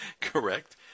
correct